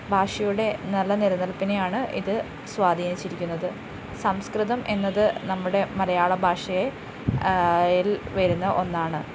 ഭാഷയുടെ നല്ല നിലനിൽപ്പിനെയാണ് ഇത് സ്വാധീനിച്ചിരിക്കുന്നത് സംസ്കൃതം എന്നത് നമ്മുടെ മലയാളഭാഷയിൽ വരുന്ന ഒന്നാണ്